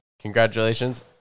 Congratulations